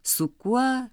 su kuo